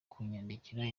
kunyandikira